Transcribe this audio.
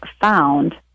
found